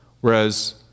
Whereas